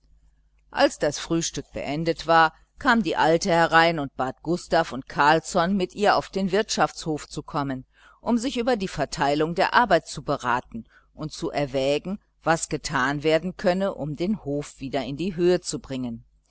als das frühstück beendet war kam die alte herein und bat gustav und carlsson mit ihr auf den wirtschaftshof zu kommen um sich über die verteilung der arbeit zu beraten und zu erwägen was getan werden könne um den hof wieder in die höhe zu bringen